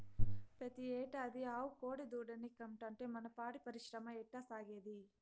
పెతీ ఏడాది ఆవు కోడెదూడనే కంటాంటే మన పాడి పరిశ్రమ ఎట్టాసాగేది